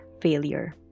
failure